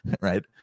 right